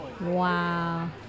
Wow